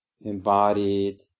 embodied